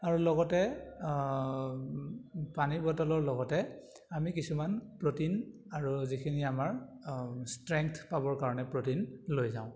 আৰু লগতে পানীৰ বটলৰ লগতে আমি কিছুমান প্ৰ'টিন আৰু যিখিনি আমাৰ ষ্ট্ৰেংথ পাবৰ কাৰণে প্ৰ'টিন লৈ যাওঁ